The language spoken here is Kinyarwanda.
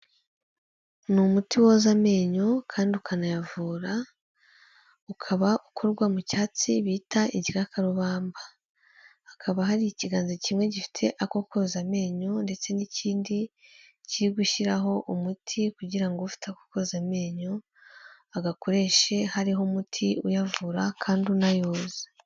Ni umuti woza amenyo kandi ukanayavura, ukaba ukorwa mu cyatsi bita igikakarubamba, hakaba hari ikiganza kimwe gifite ako koza amenyo ndetse n'ikindi kiri gushyiraho umuti kugira ngo ufite ako koza amenyo, agakoreshe hariho umuti uyavura kandi unayahoze.